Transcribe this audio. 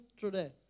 today